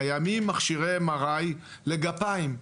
קיימים מכשירי MRI לגפיים.